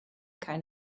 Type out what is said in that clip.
kind